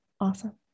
Awesome